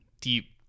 deep